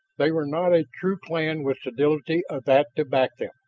they were not a true clan with solidity of that to back them,